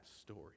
story